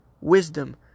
wisdom